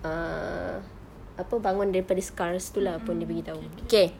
err apa bangun daripada scars pun dia bagi tahu okay